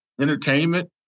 entertainment